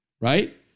right